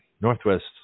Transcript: Northwest